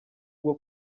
bwo